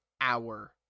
hour